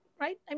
right